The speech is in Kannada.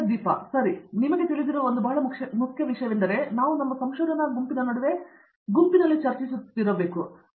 ದೀಪಾ ವೆಂಕಟೇಶ್ ಆದ್ದರಿಂದ ನಿಮಗೆ ತಿಳಿದಿರುವ ಒಂದು ಬಹಳ ಮುಖ್ಯ ವಿಷಯವೆಂದರೆ ನಾವು ನಮ್ಮ ಸಂಶೋಧನಾ ಗುಂಪಿನ ನಡುವೆ ಗುಂಪಿನಲ್ಲಿ ಚರ್ಚಿಸುತ್ತಿರುವುದು ನಾವು ಯಾವಾಗಲೂ ಕಂಡುಕೊಂಡಿದ್ದೇವೆ